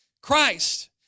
Christ